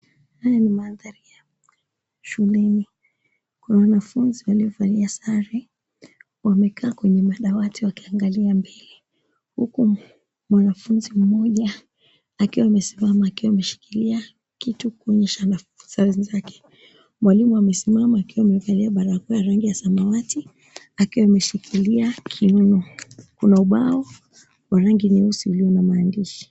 Haya ni mandhari ya shuleni, kuna wanafunzi waliovalia sare wamekaa kwenye madawati wakiangalia mbele huku mwanafunzi mmoja akiwa amesimama akiwa ameshikilia kitu kuonyesha anafunza wenzake. Mwalimu amesimama akiwa amevalia barakoa ya rangi ya samawati akiwa ameshikilia kiuno, kuna ubao wa rangi nyeusi ulio na maandishi.